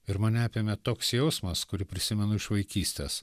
ir mane apėmė toks jausmas kurį prisimenu iš vaikystės